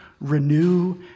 renew